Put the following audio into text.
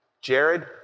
Jared